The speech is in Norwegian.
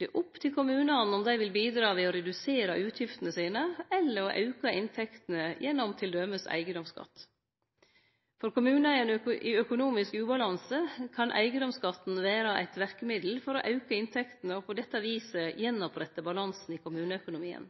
Det er opp til kommunane om dei vil bidra ved å redusere utgiftene sine eller ved å auke inntektene gjennom t.d. eigedomsskatt. For kommunar i økonomisk ubalanse kan eigedomsskatten vere eit verkemiddel for å auke inntektene og på dette viset gjenopprette balansen i kommuneøkonomien.